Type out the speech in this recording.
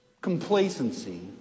complacency